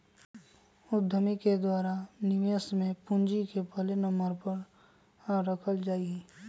उद्यमि के द्वारा निवेश में पूंजी के पहले नम्बर पर रखल जा हई